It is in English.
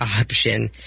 option